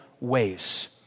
ways